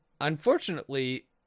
Unfortunately